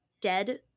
dead